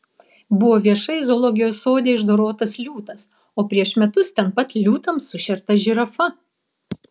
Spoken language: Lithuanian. buvo viešai zoologijos sode išdorotas liūtas o prieš metus ten pat liūtams sušerta žirafa